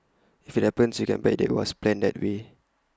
if IT happens you can bet IT was planned that way